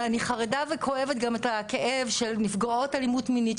ואני חרדה וכואבת גם את הכאב של נפגעות אלימות מינית,